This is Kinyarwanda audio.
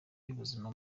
y’ubuzima